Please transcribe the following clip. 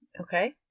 okay